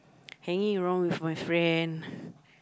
hanging around with my friend